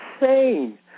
insane